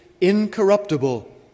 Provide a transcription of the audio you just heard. incorruptible